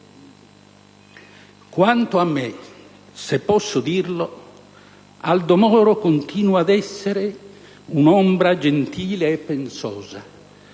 «Quanto a me, se posso dirlo, Aldo Moro continua ad essere un'ombra gentile e pensosa